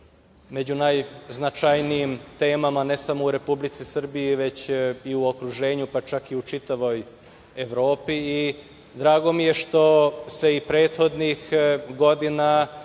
među najznačajnijim temama, ne samo u Republici Srbiji, već i u okruženju, pa čak i u čitavoj Evropi. Drago mi je što se i prethodnih godina,